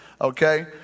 Okay